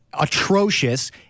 Atrocious